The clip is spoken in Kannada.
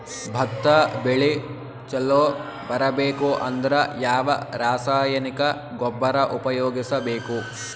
ಭತ್ತ ಬೆಳಿ ಚಲೋ ಬರಬೇಕು ಅಂದ್ರ ಯಾವ ರಾಸಾಯನಿಕ ಗೊಬ್ಬರ ಉಪಯೋಗಿಸ ಬೇಕು?